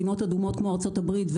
מדינות אדומות כמו ארצות הברית,